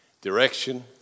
direction